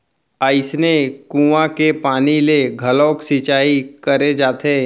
अइसने कुँआ के पानी ले घलोक सिंचई करे जाथे